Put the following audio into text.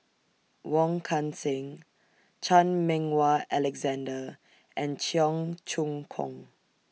Wong Kan Seng Chan Meng Wah Alexander and Cheong Choong Kong